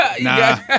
Nah